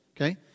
okay